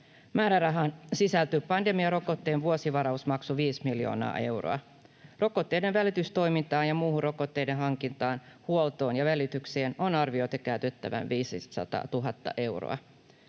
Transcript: Määrärahaan sisältyy pandemiarokotteen vuosivarausmaksu 5 miljoonaa euroa. Rokotteiden välitystoimintaan ja muuhun rokotteiden hankintaan, huoltoon ja välitykseen on arvioitu käytettävän 500 000 euroa.